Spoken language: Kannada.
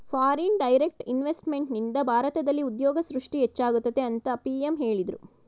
ಫಾರಿನ್ ಡೈರೆಕ್ಟ್ ಇನ್ವೆಸ್ತ್ಮೆಂಟ್ನಿಂದ ಭಾರತದಲ್ಲಿ ಉದ್ಯೋಗ ಸೃಷ್ಟಿ ಹೆಚ್ಚಾಗುತ್ತದೆ ಅಂತ ಪಿ.ಎಂ ಹೇಳಿದ್ರು